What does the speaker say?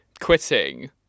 quitting